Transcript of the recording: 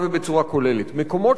מקומות שבהם התחיל שינוי,